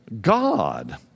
God